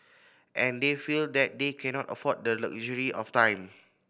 and they feel that they cannot afford the luxury of time